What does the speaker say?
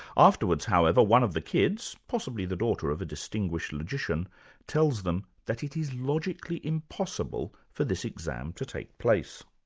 afterwards however one of the kids, possibly the daughter of a distinguished logician tells them that it is logically impossible for this exam to take place.